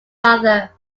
another